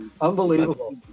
Unbelievable